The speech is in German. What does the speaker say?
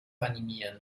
animieren